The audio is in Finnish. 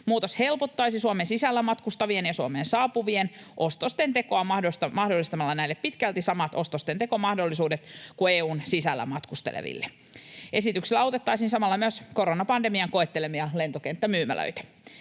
Muutos helpottaisi Suomen sisällä matkustavien ja Suomeen saapuvien ostosten tekoa mahdollistamalla näille pitkälti samat ostostentekomahdollisuudet kuin EU:n sisällä matkusteleville. Esityksellä autettaisiin samalla myös koronapandemian koettelemia lentokenttämyymälöitä.